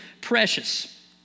precious